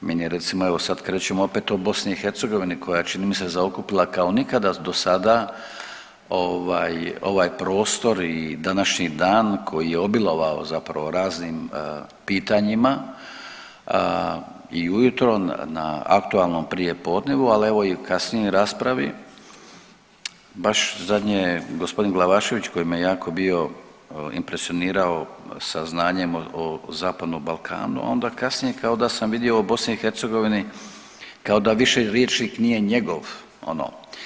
Meni je recimo evo sad krećemo opet o BiH koja je čini mi se zaokupila kao nikada dosada ovaj prostor i današnji dan koji je obilovao zapravo raznim pitanjima i ujutro na aktualnom prijepodnevu, ali evo i u kasnijoj raspravi baš zadnje gospodin Glavašević koji me jako bio impresionirao sa znanjem o Zapadnom Balkanu, a onda kasnije kao da sam vidio o BiH kao da više rječnik nije njegov ono.